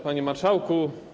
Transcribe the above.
Panie Marszałku!